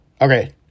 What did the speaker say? Okay